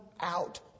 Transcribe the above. out